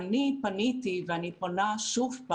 אני פניתי, ואני פונה שוב: